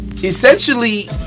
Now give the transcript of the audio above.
essentially